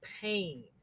pain